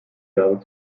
jahre